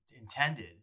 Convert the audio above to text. intended